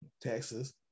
Texas